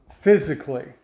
physically